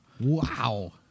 Wow